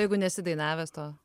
o jeigu nesi dainavęs to